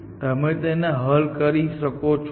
તેથી તમે તેને હલ કરી શકો છો